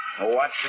Watch